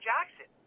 Jackson